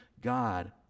god